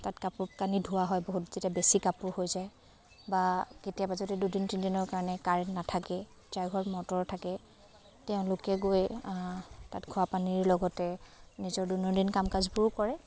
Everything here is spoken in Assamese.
তাত কাপোৰ কানি ধোৱা হয় বহুত যেতিয়া বেছি কাপোৰ হৈ যায় বা কেতিয়াবা যদি দুদিন তিনিদিনৰ কাৰণে কাৰেণ্ট নাথাকে যাৰ ঘৰত মটৰ থাকে তেওঁলোকে গৈ তাত খোৱাপানীৰ লগতে নিজৰ দৈনন্দিন কাম কাজবোৰো কৰে